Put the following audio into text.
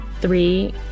Three